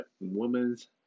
Women's